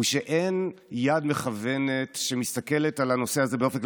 הוא שאין יד מכוונת שמסתכלת על הנושא הזה באופן כללי.